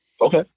Okay